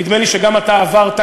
נדמה לי שגם אתה עברת,